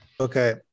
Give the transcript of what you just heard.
Okay